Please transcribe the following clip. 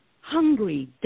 hungry